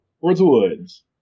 woods